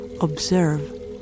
observe